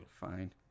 Fine